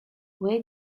where